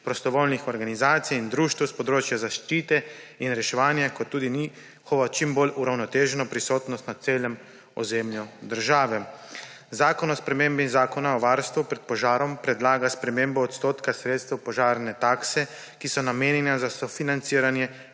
prostovoljnih organizacij in društev s področja zaščite in reševanja, kot tudi njihovo čim bolj uravnoteženo prisotnost na celem ozemlju države. Zakon o spremembi Zakona o varstvu pred požarom predlaga spremembo odstotka sredstev požarne takse, ki so namenjene za sofinanciranje